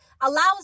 allows